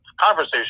conversation